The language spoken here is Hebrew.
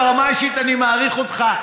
ברמה האישית אני מעריך אותך.